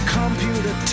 computer